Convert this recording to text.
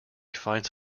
finds